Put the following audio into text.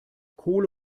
kohle